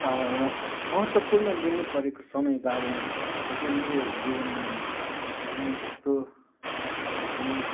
महत्त्वपूर्ण लिनुपरेको समय बारेमा भन्नु पर्दा चाहिँ मेरो जीवनमा चाहिँ त्यस्तो खास कुनै